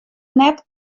net